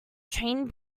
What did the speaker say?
train